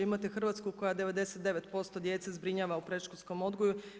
Imate Hrvatsku koja 99% djece zbrinjava u predškolskom odgoju.